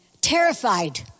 Terrified